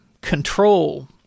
control